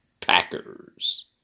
Packers